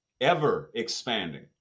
Ever-expanding